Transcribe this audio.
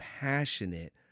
passionate